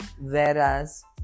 whereas